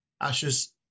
Ashes